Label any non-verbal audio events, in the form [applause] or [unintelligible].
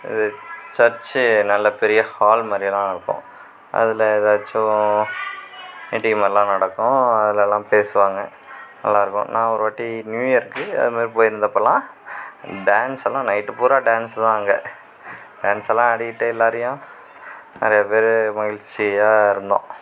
இது சர்ச் நல்ல பெரிய ஹால் மாதிரிலாம் இருக்கும் அதில் ஏதாச்சும் [unintelligible] எல்லாம் நடக்கும் அதிலலாம் பேசுவாங்க நல்லா இருக்கும் நான் ஒரு வாட்டி நியூ இயர்க்கு அதே மாதிரி போயிருந்தப்பல்லாம் டான்ஸ் எல்லாம் நைட் பூரா டான்ஸ் தான் அங்கே டான்ஸ் எல்லாம் ஆடிட்டு எல்லாரையும் நிறையா பேர் மகிழ்ச்சியாக இருந்தோம்